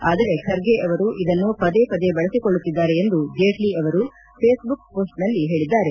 ಆದರೆ ಖರ್ಗೆ ಅವರು ಇದನ್ನು ಪದೇ ಪದೇ ಬಳಸಿಕೊಳ್ಳುತ್ತಿದ್ದಾರೆ ಎಂದು ಜೇಟ್ಲ ಅವರು ಫೇಸ್ಬುಕ್ ಪೋಸ್ಟ್ನಲ್ಲಿ ಹೇಳಿದ್ದಾರೆ